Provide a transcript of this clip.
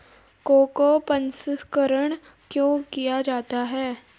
Cocoa प्रसंस्करण क्यों किया जाता है?